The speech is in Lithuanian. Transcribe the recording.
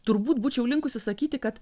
turbūt būčiau linkusi sakyti kad